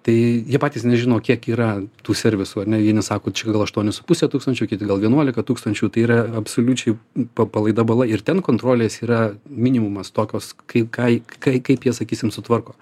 tai jie patys nežino kiek yra tų servisų ar ne jie nesako čia gal aštuonis su puse tūkstančio kiti gal vienuolika tūkstančių tai yra absoliučiai pa palaida bala ir ten kontrolės yra minimumas tokios kai kaj kai kaip jie sakysim sutvarko